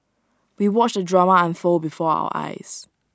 we watched the drama unfold before our eyes